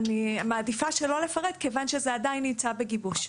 אני מעדיפה שלא לפרט, כי זה עדיין נמצא בגיבוש.